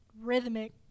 rhythmic